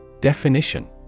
Definition